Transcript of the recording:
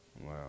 Wow